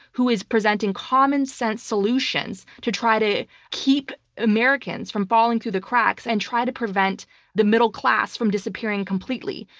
who is presenting common sense solutions to try to keep americans from falling through the cracks and try to prevent the middle class from disappearing completely.